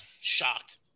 Shocked